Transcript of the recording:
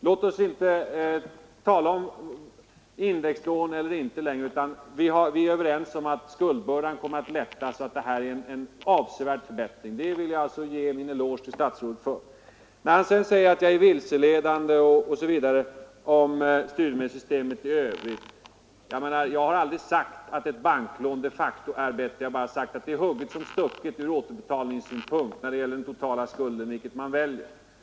Låt oss alltså inte längre tala om indexlån eller inte indexlån. Vi är överens om att skuldbördan kommer att lättas och att det blir en avsevärd förbättring, och för den vill jag ge statsrådet min eloge. Utbildningsministern menade att jag yttrade mig vilseledande om studiemedelssystemet i övrigt. Jag har aldrig sagt att ett banklån de facto är bättre utan att det varit hugget som stucket vilket man väljer när det gäller den totala skulden.